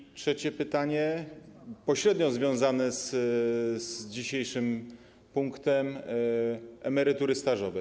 I trzecie pytanie pośrednio związane z dzisiejszym punktem - emerytury stażowe.